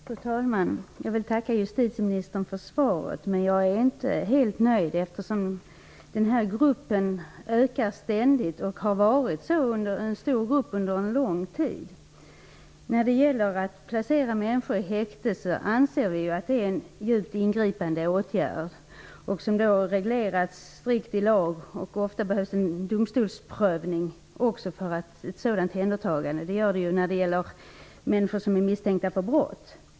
Fru talman! Jag vill tacka justitieministern för svaret. Jag är dock inte helt nöjd. Antalet fall ökar ständigt. Det har under lång tid rört sig om en stor grupp. Vi anser att det är en djupt ingripande åtgärd att placera människor i häkte. Den regleras strikt i lag. Ofta behövs också en domstolsprövning för att ett sådant omhändertagande skall kunna göras, t.ex. när människor är misstänkta för brott.